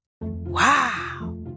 Wow